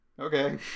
okay